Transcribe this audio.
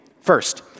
First